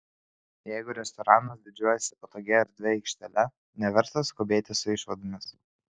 jeigu restoranas didžiuojasi patogia erdvia aikštele neverta skubėti su išvadomis